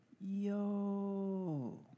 Yo